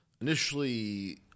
initially